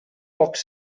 pocs